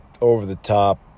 over-the-top